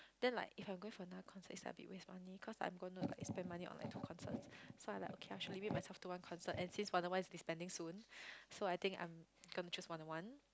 then like if I'm going for another concert it's like a bit waste money cause like I'm gonna like spend money on like two concerts so I'm like okay I should limit myself to one concert and since Wanna-One is disbanding soon so I think I'm gonna choose Wanna-One